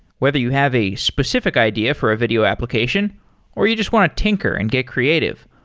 whether you have a specific idea for a video application or you just want to tinker and get creative,